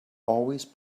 always